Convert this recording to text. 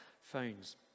phones